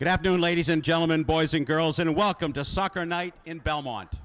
good afternoon ladies and gentlemen boys and girls and welcome to soccer night in belmont